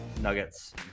Nuggets